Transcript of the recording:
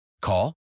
Call